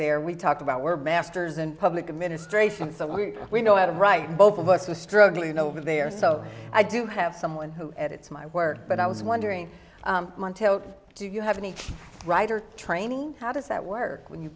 there we talked about were masters and public administration so we know how to write both of us are struggling over there so i do have someone who edits my work but i was wondering montel do you have any writer training how does that work when you